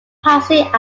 housing